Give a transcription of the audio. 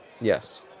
Yes